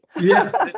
Yes